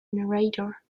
narrator